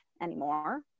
anymore